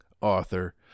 author